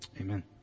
Amen